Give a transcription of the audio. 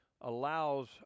allows